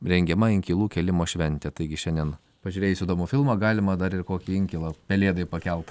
rengiama inkilų kėlimo šventė taigi šiandien pažiūrėjus įdomų filmą galima dar ir kokį inkilą pelėdai pakelt